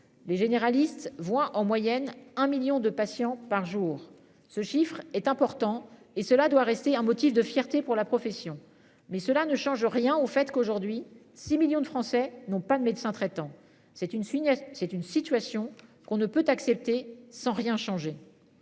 les généralistes, voient en moyenne un million de patients par jour. Ce chiffre est important et cela doit rester un motif de fierté pour la profession. Mais cela ne change rien au fait qu'aujourd'hui 6 millions de Français n'ont pas de médecin traitant c'est une c'est une situation qu'on ne peut accepter sans rien changer.